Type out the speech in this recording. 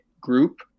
group